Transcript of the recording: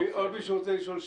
יש עוד חברי כנסת שמבקשים לשאול?